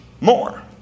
more